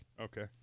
Okay